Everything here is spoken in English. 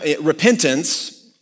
repentance